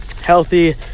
healthy